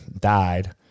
died